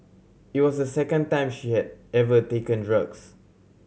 it was the second time she had ever taken drugs